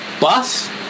bus